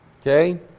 Okay